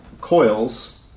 coils